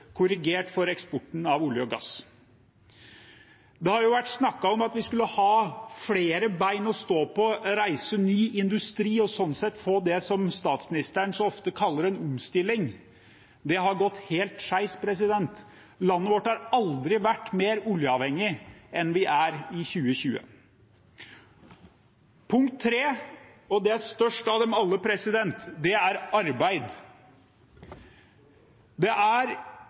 korrigert for eksporten av olje og gass. Det har jo vært snakket om at vi skulle ha flere bein å stå på, reise ny industri og sånn sett få det som statsministeren så ofte kaller en omstilling. Det har gått helt skeis. Landet vårt har aldri vært mer oljeavhengig enn vi er i 2020. Dette er det viktigste punktet – arbeid. Det er